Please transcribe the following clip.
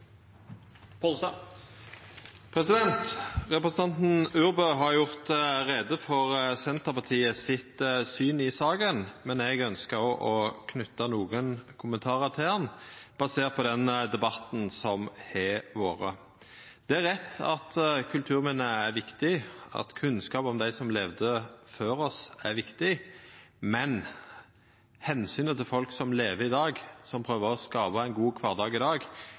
omme. Representanten Urbø har gjort greie for Senterpartiets syn i saka, men eg ønskjer òg å knyta nokre kommentarar til det, basert på debatten som har vore. Det er rett at kulturminne er viktige, og at kunnskap om dei som levde før oss, er viktig. Men omsynet til folk som lever i dag, og som prøver å skapa seg ein god kvardag i dag,